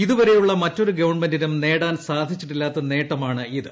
ഇതുവരെയുള്ള മറ്റൊരു ഗവൺമെന്റിനും നേടാൻ സാധിച്ചിട്ടില്ലാത്ത നേട്ടമാണ് ഇത്